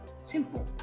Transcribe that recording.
Simple